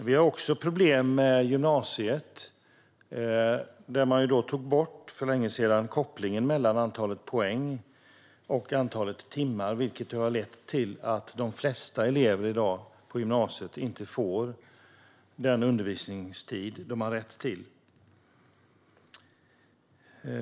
Vi har också problem med gymnasiet, där man för länge sedan tog bort kopplingen mellan antalet poäng och antalet timmar, något som har lett till att de flesta elever på gymnasiet i dag inte får den undervisningstid de har rätt till.